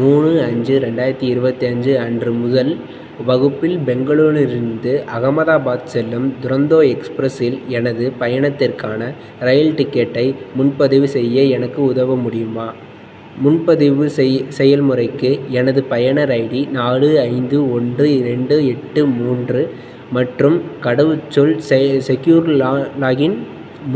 மூணு அஞ்சு ரெண்டாயிரத்தி இருபத்தி அஞ்சு அன்று முதல் வகுப்பில் பெங்களூரிலிருந்து அகமதாபாத் செல்லும் துரந்தோ எக்ஸ்பிரஸ் இல் எனது பயணத்திற்கான இரயில் டிக்கெட்டை முன்பதிவு செய்ய எனக்கு உதவ முடியுமா முன்பதிவு செய் செயல்முறைக்கு எனது பயனர் ஐடி நாலு ஐந்து ஒன்று இரண்டு எட்டு மூன்று மற்றும் கடவுச்சொல் செய் செக்யூர் லா லாகின்